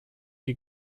die